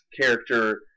character